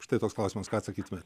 štai toks klausimas ką atsakytumėte